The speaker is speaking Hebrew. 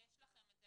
יש לכם את זה.